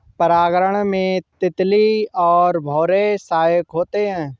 परागण में तितली और भौरे सहायक होते है